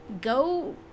Go